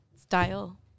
style